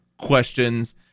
questions